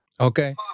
Okay